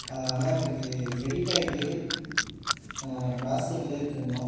அது ஆனால் எனக்கு க்ரெடிட் ஆயிட்டுது ப்ராசஸிங்லையே இருக்கு இன்னும்